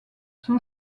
son